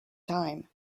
time